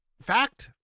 fact